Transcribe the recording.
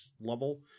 level